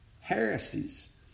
heresies